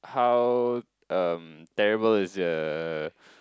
how um terrible is the